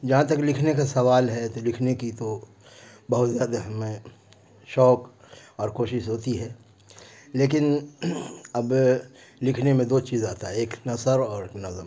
جہاں تک لکھنے کا سوال ہے تو لکھنے کی تو بہت زیادہ ہمیں شوق اور کوشش ہوتی ہے لیکن اب لکھنے میں دو چیز آتا ہے ایک نثر اور ایک نظم